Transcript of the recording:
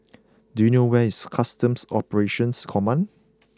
do you know where is Customs Operations Command